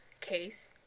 case